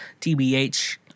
TBH